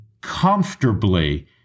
comfortably